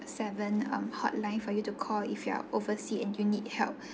seven um hotline for you to call if you are oversea and you need help